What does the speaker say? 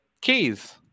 keys